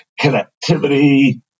connectivity